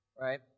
right